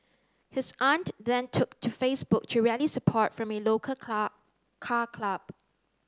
his aunt then took to Facebook to rally support from a local car car club